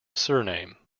surname